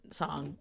song